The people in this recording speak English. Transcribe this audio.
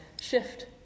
shift